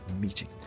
meeting